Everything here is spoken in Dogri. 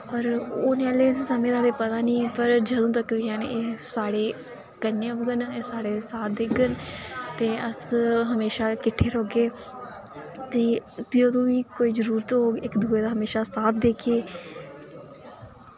पर औने आह्ले समें दा ते पता निं पर जदूं तक बी हैन एह् साढ़े कन्नै होङन एह् साढ़े साथ देङन ते अस हमेशा किट्ठे रैह्गे ते जदूं बी कोई जरूरत होग इक दुए दा हमेशा साथ देगे